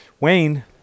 Wayne